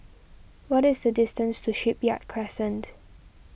what is the distance to Shipyard Crescent